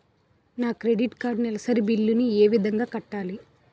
నా credit card నెలసరి bill ని ఏ విధంగా కట్టాలి?